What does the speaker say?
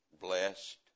blessed